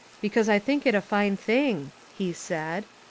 be cause i think it a fine thing, he said.